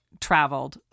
traveled